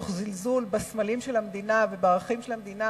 תוך זלזול בסמלים של המדינה ובערכים של המדינה,